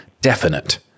definite